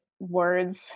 words